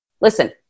listen